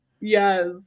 Yes